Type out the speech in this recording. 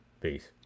Peace